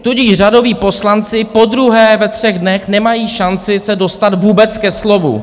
Tudíž řadoví poslanci podruhé ve třech dnech nemají šanci se dostat vůbec ke slovu.